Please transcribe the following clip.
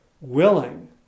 willing